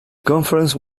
conference